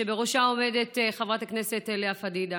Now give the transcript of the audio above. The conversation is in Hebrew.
שבראשה עומדת חברת הכנסת לאה פדידה.